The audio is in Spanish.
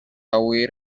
huir